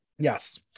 yes